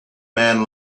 man